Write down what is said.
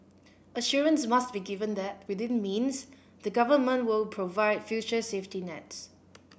assurance must be given that within means the government will provide future safety nets